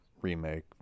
remake